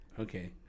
Okay